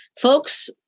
Folks